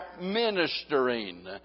ministering